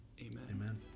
Amen